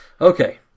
Okay